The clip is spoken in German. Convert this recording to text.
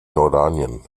jordanien